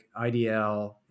IDL